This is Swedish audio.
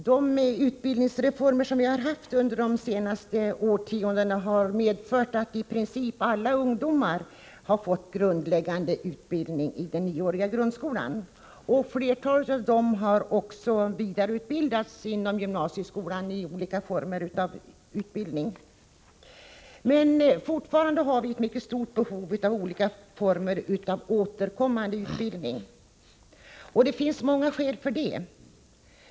Herr talman! De utbildningsreformer vi har haft under de senaste årtiondena har medfört att i princip alla ungdomar har fått grundläggande utbildning i den nioåriga grundskolan. Flertalet av dem har också fått olika former av vidareutbildning inom gymnasieskolan. Men fortfarande har vi ett mycket stort behov av olika former av återkommande utbildning, och det finns många skäl för det.